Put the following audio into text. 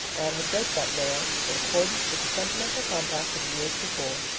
anne had draped that veil, in accordance with the sentimental compact of years before.